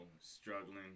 struggling